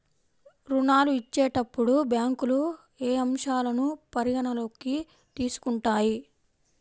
ఋణాలు ఇచ్చేటప్పుడు బ్యాంకులు ఏ అంశాలను పరిగణలోకి తీసుకుంటాయి?